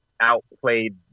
outplayed